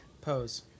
Pose